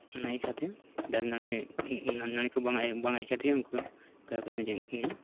ᱚᱱᱟ ᱟᱹᱭᱠᱷᱟᱹᱛᱮ ᱫᱟᱨᱮ ᱱᱟᱹᱲᱤᱜᱮ ᱱᱟᱲᱤ ᱠᱚ ᱵᱟᱝ ᱟᱹᱭᱠᱟᱹᱣ ᱛᱮᱜᱮ ᱩᱱᱠᱩ